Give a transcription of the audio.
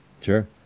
Sure